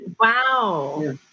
Wow